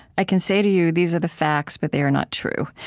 i can say to you these are the facts, but they are not true.